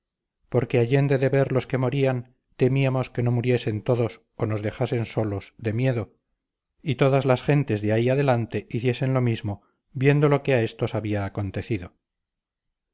porque allende de ver los que morían temíamos que no muriesen todos o nos dejasen solos de miedo y todas las otras gentes de ahí adelante hiciesen lo mismo viendo lo que a estos había acontecido